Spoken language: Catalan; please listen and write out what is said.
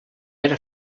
era